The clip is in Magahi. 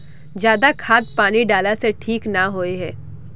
ज्यादा खाद पानी डाला से ठीक ना होए है?